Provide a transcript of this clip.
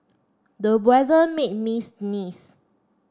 the weather made me sneeze